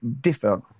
differ